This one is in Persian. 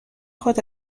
خود